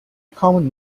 common